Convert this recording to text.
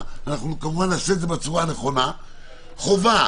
נעשה את זה בצורה הנכונה חובה,